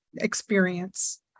experience